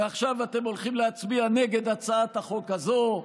ועכשיו אתם הולכים להצביע נגד הצעת החוק הזו,